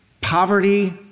poverty